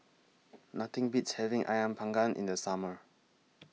Nothing Beats having Ayam Panggang in The Summer